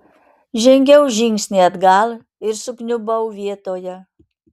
žengiau žingsnį atgal ir sukniubau vietoje